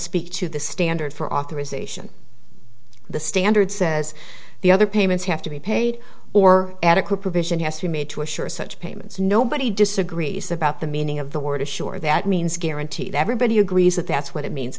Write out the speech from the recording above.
speak to the standard for authorisation the standard says the other payments have to be paid or adequate provision has to be made to assure such payments nobody disagrees about the meaning of the word assure that means guarantee that everybody agrees that that's what it means